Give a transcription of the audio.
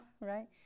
right